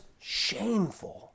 shameful